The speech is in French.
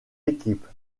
équipes